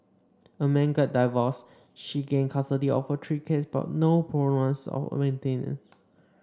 a man gets divorced she gains custody of her three kids but no promise of maintenance